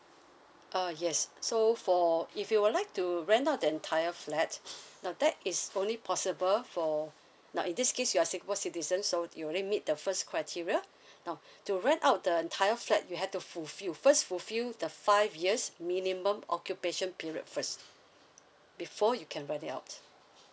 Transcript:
uh yes so for if you would like to rent out the entire flat now that is only possible for now in this case you're singapore citizen so you already meet the first criteria now to rent out the entire flat you had to fulfill first fulfill the five years minimum occupation period first before you can rent it out